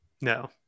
No